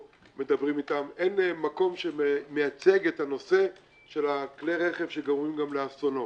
אין מקום שמייצג את הנושא של כלי הרכב שגורמים גם לאסונות.